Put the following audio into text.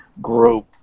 group